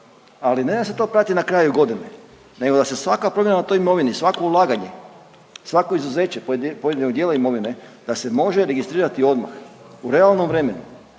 ali ne da se to prati na kraju godine nego da se svaka promjena na toj imovini, svako ulaganje, svako izuzeće pojedinog dijela imovine da se može registrirati odmah u realnom vremenu